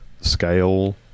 scale